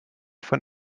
von